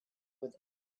with